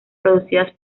producidas